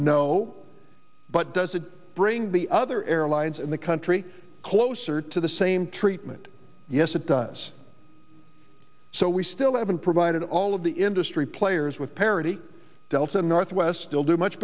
no but does it bring the other airlines and the country closer to the same treatment yes it does so we still haven't provided all of the industry players with parity delta northwest still do much